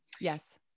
Yes